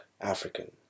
African